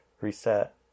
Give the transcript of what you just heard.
reset